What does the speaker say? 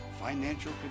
financial